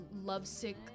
lovesick